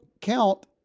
count